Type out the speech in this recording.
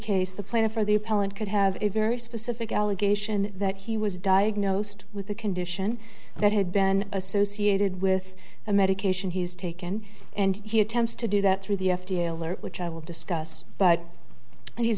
case the plaintiff or the appellant could have a very specific allegation that he was diagnosed with a condition that had been associated with a medication he has taken and he attempts to do that through the f d a alert which i will discuss but he's